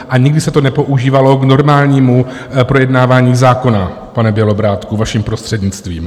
A nikdy se to nepoužívalo k normálnímu projednávání zákona, pane Bělobrádku, vaším prostřednictvím.